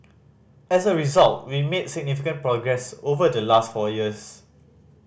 as a result we made significant progress over the last four years